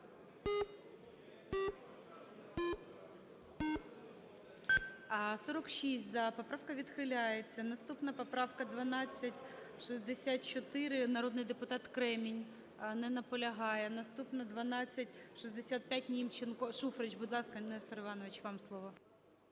За-46 Поправка відхиляється. Наступна поправка 1264. Народний депутат Кремінь не наполягає. Наступна 1265. Німченко. Шуфрич, будь ласка, Нестор Іванович, вам слово.